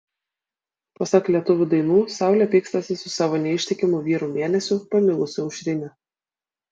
pasak lietuvių dainų saulė pykstasi su savo neištikimu vyru mėnesiu pamilusiu aušrinę